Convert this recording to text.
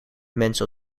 mensen